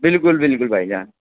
بالکل بالکل بھائی جان